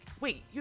Wait